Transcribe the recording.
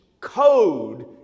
code